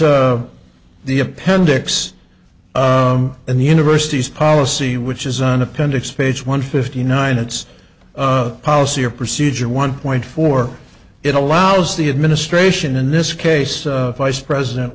the appendix in the universities policy which is an appendix page one fifty nine it's a policy or procedure one point four it allows the administration in this case vice president